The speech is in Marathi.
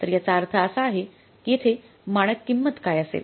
तर याचा अर्थ असा आहे की येथे मानक किंमत काय असेल